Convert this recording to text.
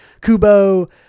Kubo